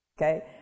Okay